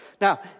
Now